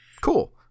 Cool